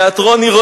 זה מעט מדי.